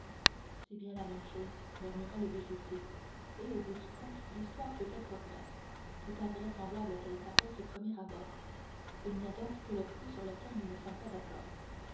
c'est bien la même chose murmura le bijoutier et au bout du compte l'histoire peut être vraie tout invraisemblable qu'elle paraisse au premier abord il n'y a donc que le prix sur lequel nous ne sommes pas d'accord